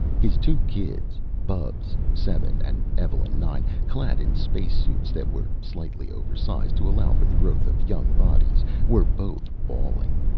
his two kids, bubs, seven, and evelyn, nine clad in space-suits that were slightly oversize to allow for the growth of young bodies were both bawling.